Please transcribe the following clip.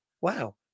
wow